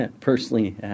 personally